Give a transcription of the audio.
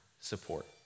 support